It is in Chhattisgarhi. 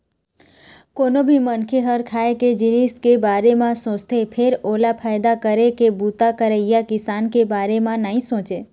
कोनो भी मनखे ह खाए के जिनिस के बारे म सोचथे फेर ओला फायदा करे के बूता करइया किसान के बारे म नइ सोचय